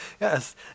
Yes